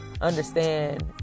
understand